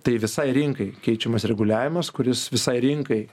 tai visai rinkai keičiamas reguliavimas kuris visai rinkai